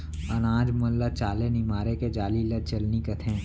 अनाज मन ल चाले निमारे के जाली ल चलनी कथें